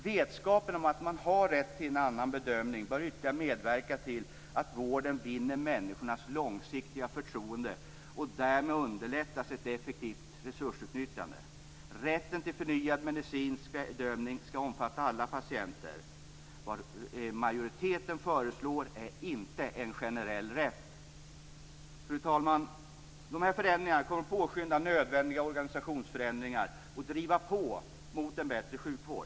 Vetskapen om att patienten har rätt till en andra bedömning bör ytterligare medverka till att vården vinner människornas långsiktiga förtroende, och därmed underlättas ett effektivt resursutnyttjande. Rätten till förnyad medicinsk bedömning skall omfatta alla patienter. Vad majoriteten föreslår är inte en generell rättighet. Fru talman! Dessa förändringar kommer att påskynda nödvändiga organisationsförändringar och driva på mot en bättre sjukvård.